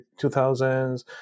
2000s